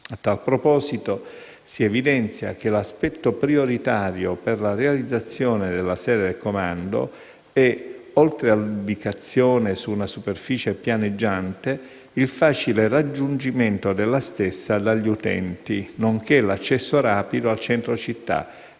A tal proposito, si evidenzia che l'aspetto prioritario per la realizzazione della sede del comando è, oltre all'ubicazione su una superficie pianeggiante, il facile raggiungimento della stessa dagli utenti nonché l'accesso rapido al centro città,